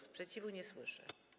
Sprzeciwu nie słyszę.